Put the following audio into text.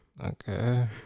Okay